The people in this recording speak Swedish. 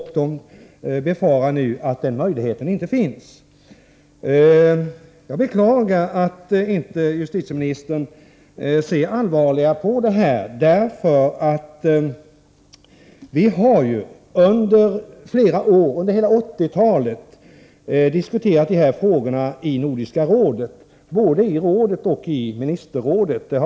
Man befarar att denna möjlighet nu inte längre skall finnas. Jag beklagar att justitieministern inte ser allvarligare på det här. Under flera år, under hela 1980-talet, har dessa frågor stått på dagordningen både i Nordiska rådet och i Nordiska ministerrådet.